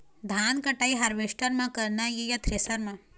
धान कटाई हारवेस्टर म करना ये या थ्रेसर म?